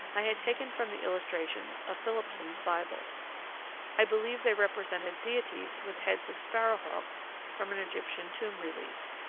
i had taken from the illustrations of philippson's bible i believe they represented deities with heads of sparrowhawks from an egyptian tomb relief.